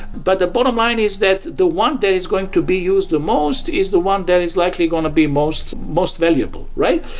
but the bottom line is that the one that is going to be used the most is the one that is likely going to be most most valuable, right?